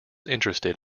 interested